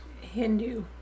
Hindu